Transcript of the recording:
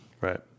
Right